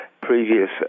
previous